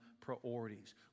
priorities